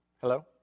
Hello